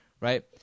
right